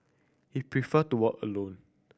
he prefer to alone